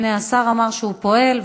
הנה השר אמר שהוא פועל,